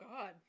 God